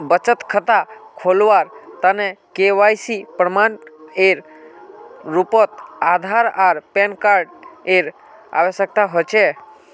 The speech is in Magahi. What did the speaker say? बचत खता खोलावार तने के.वाइ.सी प्रमाण एर रूपोत आधार आर पैन कार्ड एर आवश्यकता होचे